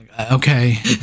okay